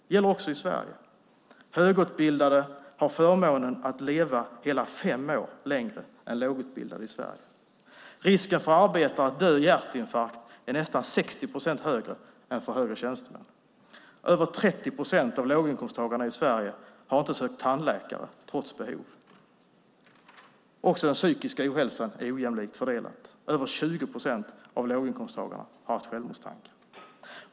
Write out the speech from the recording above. Det gäller också i Sverige. Högutbildade har förmånen att leva hela fem år längre än lågutbildade i Sverige. Risken för arbetare att dö i hjärtinfarkt är nästan 60 procent större än för högre tjänstemän. Över 30 procent av låginkomsttagarna i Sverige har inte sökt tandläkare trots behov. Också den psykiska ohälsan är ojämlikt fördelad. Över 20 procent av låginkomsttagarna har haft självmordstankar.